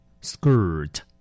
Skirt